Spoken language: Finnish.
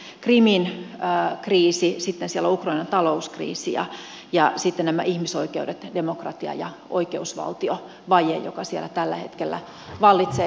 se on se krimin kriisi sitten siellä on ukrainan talouskriisi ja sitten tämä ihmisoikeus demokratia ja oikeusvaltiovaje joka siellä tällä hetkellä vallitsee